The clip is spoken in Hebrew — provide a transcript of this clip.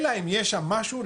אלא אם יש שם משהו,